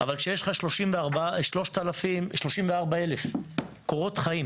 אבל כשיש לך 34,000 קורות חיים